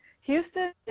Houston